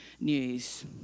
news